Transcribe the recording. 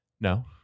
No